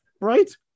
right